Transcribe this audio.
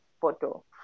photo